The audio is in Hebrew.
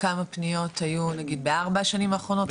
כמה פניות היו נגיד בארבע השנים האחרונות,